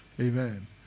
Amen